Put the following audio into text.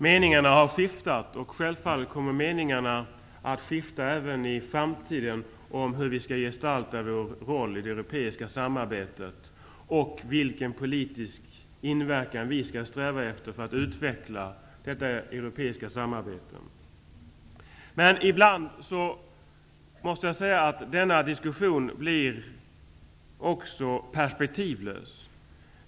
Meningarna har skiftat och kommer naturligtvis att göra så även i framtiden om hur vi skall gestalta vår roll i det europeiska samarbetet och vilken politisk inverkan vi skall sträva efter för att utveckla det euroepiska samarbetet. Ibland tycker jag dock att denna diskussion blir perspektivlös.